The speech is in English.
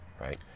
Right